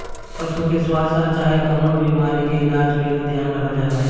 पशु के स्वास्थ आ चाहे कवनो बीमारी के इलाज के भी ध्यान रखल जाला